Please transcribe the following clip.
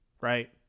right